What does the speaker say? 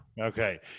Okay